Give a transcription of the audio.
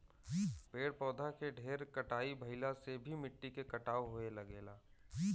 पेड़ पौधा के ढेर कटाई भइला से भी मिट्टी के कटाव होये लगेला